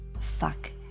Fuck